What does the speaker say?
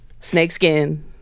snakeskin